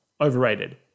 overrated